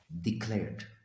declared